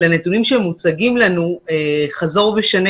לבין הנתונים שמוצגים לנו חזור ושנה